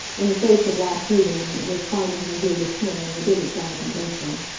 in the face of last evening, and his finding her here this morning, it didn't sound convincing.